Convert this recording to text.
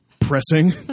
pressing